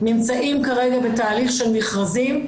נמצאות כרגע בתהליך של מכרזים,